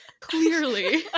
Clearly